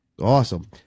Awesome